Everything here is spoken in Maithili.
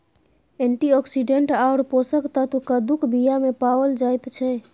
एंटीऑक्सीडेंट आओर पोषक तत्व कद्दूक बीयामे पाओल जाइत छै